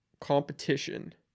competition